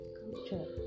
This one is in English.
culture